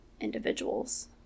individuals